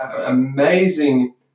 amazing